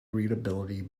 readability